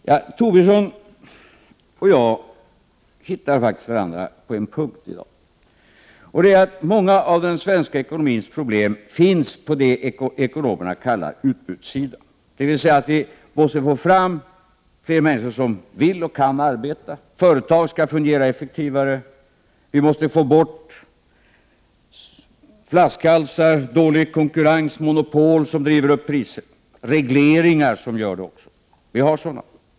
Lars Tobisson och jag hittar faktiskt varandra på en punkt i dag, nämligen i uppfattningen att många av den svenska ekonomins problem finns på det som ekonomerna kallar utbudssidan, dvs. att vi måste få fram fler människor som vill och kan arbeta, företag skall fungera effektivare, vi måste få bort flaskhalsar, dålig konkurrens, monopol som driver upp priser, regleringar som också gör det. Vi har sådana.